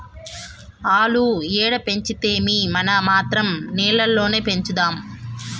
ఆల్లు ఏడ పెంచితేమీ, మనం మాత్రం నేల్లోనే పెంచుదాము